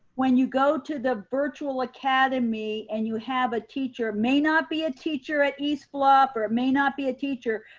when you go to the virtual academy and you have a teacher, may not be a teacher at east bluff or may not be a teacher,